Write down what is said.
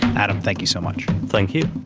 adam, thank you so much. thank you.